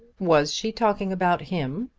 was she talking about him?